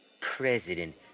President